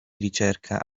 ricerca